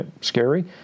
scary